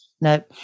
No